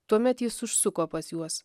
tuomet jis užsuko pas juos